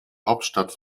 hauptstadt